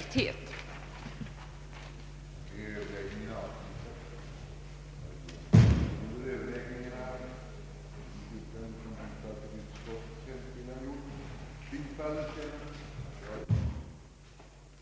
2. om en utredning med syfte att